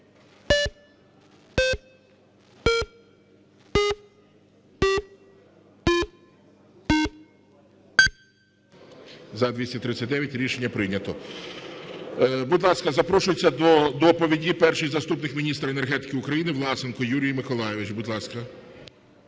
За-239 Рішення прийнято. Будь ласка, запрошується до доповіді перший заступник міністра енергетики України Власенко Юрій Миколайович.